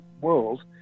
world